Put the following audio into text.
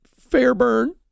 Fairburn